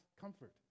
comfort